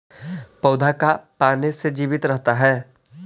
पौधा का पाने से जीवित रहता है?